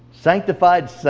Sanctified